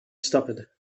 stopped